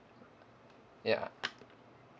ya